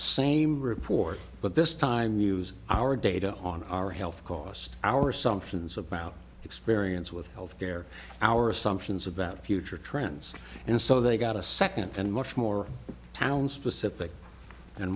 same report but this time use our data on our health costs our assumptions about experience with health care our assumptions about future trends and so they got a second and much more town specific and